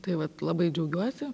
tai vat labai džiaugiuosi